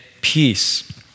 peace